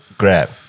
grab